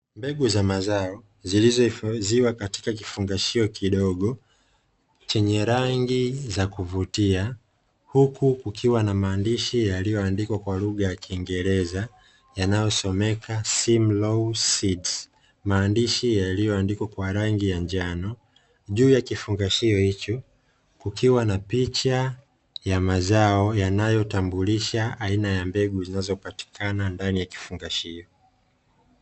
Mbegu za mazao zilizohifadhiwa katika kifungashio kidogo chenye rangi za kuvutia, huku kukiwa na maandishi yaliyoandikwa kwa lugha ya kiingereza yanayosomeka "Simlaw Seeds", maandishi yaliyoandikwa kwa rangi ya njano. Juu ya kifungashio hicho kukiwa na picha ya mazao yanayotambulisha aina ya mbegu zinazopatikana ndani ya kifungashio.